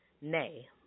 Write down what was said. Nay